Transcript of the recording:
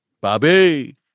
Bobby